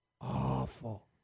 awful